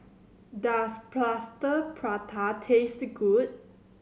does Plaster Prata taste good